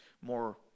more